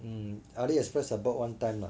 mm AliExpress I bought one time lah